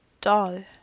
Doll